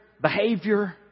behavior